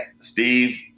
Steve